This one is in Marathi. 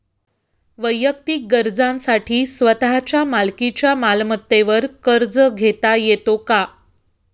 वैयक्तिक गरजांसाठी स्वतःच्या मालकीच्या मालमत्तेवर कर्ज घेता येतो का?